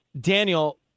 daniel